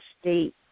state